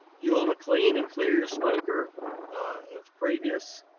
you want to clean and clear your smoker of previous